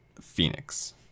Phoenix